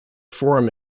forum